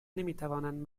نمیتوانند